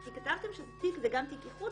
כתבתם שתיק זה גם תיק איחוד,